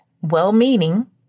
well-meaning